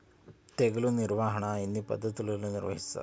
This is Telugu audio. తెగులు నిర్వాహణ ఎన్ని పద్ధతులలో నిర్వహిస్తారు?